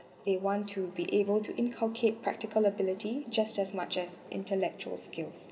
they want to be able to inculcate practical ability just as much as intellectual skills